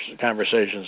conversations